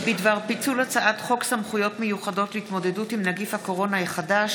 בדבר פיצול הצעת חוק סמכויות מיוחדות להתמודדות עם נגיף הקורונה החדש